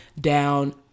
down